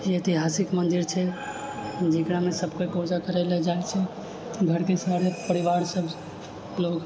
ई ऐतिहासिक मन्दिर छै जकरामे सभकोय पूजा करय लए जाइ छै घरके सारे परिवार सभ लोग